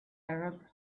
arab